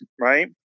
Right